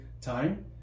time